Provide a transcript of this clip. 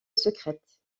secrète